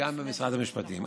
וגם במשרד המשפטים.